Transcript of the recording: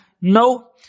no